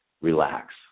relax